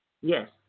Yes